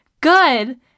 good